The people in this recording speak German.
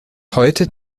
heute